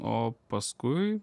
o paskui